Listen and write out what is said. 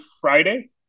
Friday